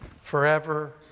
forever